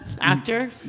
actor